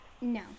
No